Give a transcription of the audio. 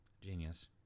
genius